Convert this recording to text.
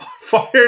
fired